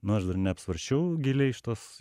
nu aš dar neapsvarsčiau giliai šitos